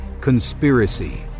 Conspiracy